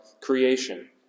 creation